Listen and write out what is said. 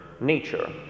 nature